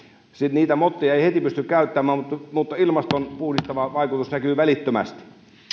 niitä motteja ei heti pysty käyttämään mutta ilmastoa puhdistava vaikutus näkyy välittömästi nyt